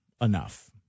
enough